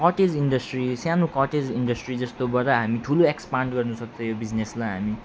cottage industry सानो cottage industry जस्तोबाट हामी ठुलो एक्सपान्ड गर्नु सक्थ्यो यो बिजिनेसलाई हामी